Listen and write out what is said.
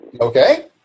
Okay